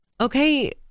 Okay